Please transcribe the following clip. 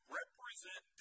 represent